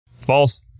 False